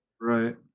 Right